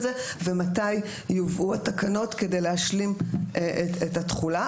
זה ומתי יובאו התקנות כדי להשלים את התכולה.